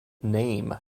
name